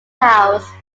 house